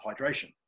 hydration